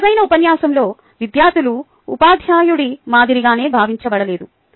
మెరుగైన ఉపన్యాసంలో విద్యార్థులు ఉపాధ్యాయుడి మాదిరిగానే భావించబడలేదు